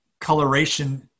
coloration